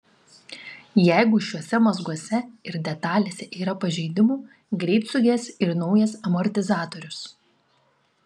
jeigu šiuose mazguose ir detalėse yra pažeidimų greit suges ir naujas amortizatorius